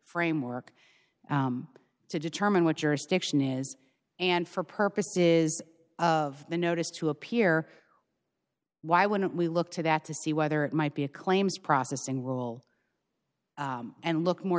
framework to determine what your stiction is and for purposes of the notice to appear why wouldn't we look to that to see whether it might be a claims processing rule and look more